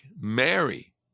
Mary